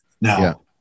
Now